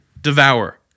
devour